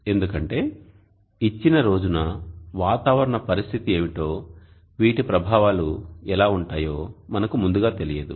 ఎందుకంటే ఇచ్చిన రోజున వాతావరణ పరిస్థితి ఏమిటో వీటి ప్రభావాలు ఎలా ఉంటాయో మనకు ముందుగా తెలియదు